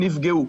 נפגעו.